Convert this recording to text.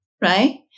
right